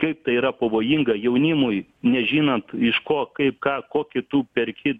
kaip tai yra pavojinga jaunimui nežinant iš ko kaip ką kokį tu perki